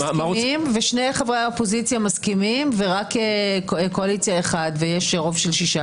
שני חברי אופוזיציה ונציג קואליציה אחד מסכימים,